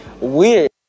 weird